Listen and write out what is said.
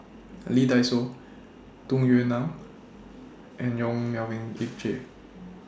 Lee Dai Soh Tung Yue Nang and Yong Melvin Yik Chye